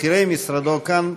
בכירי משרדו כאן,